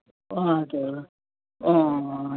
अँ हजुर अँ